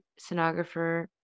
sonographer